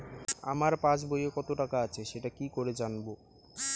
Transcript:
আমার পাসবইয়ে কত টাকা আছে সেটা কি করে জানবো?